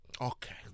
okay